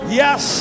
yes